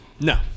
no